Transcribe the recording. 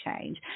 change